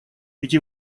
эти